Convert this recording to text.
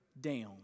down